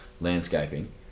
landscaping